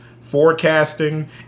forecasting